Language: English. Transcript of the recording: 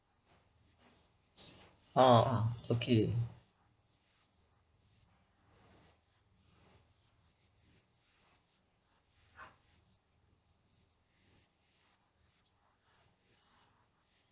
oh oh okay